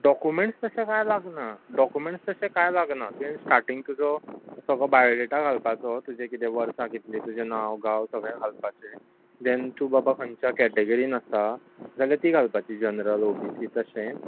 documents तशे कांय लागना डॉक्युमेंन्ट्स तशें कांय लागना तुवें स्टाटींग तुजो सगलो बायोडॅटा घालपाचो तुजे किदें वर्सां कितलीं तुजें नांव गांव सगलें घालपाचें देन तूं बाबा खंयच्या कॅटेगरीन आसा जाल्या ती घालपाची जनरल ओ बी सी तशें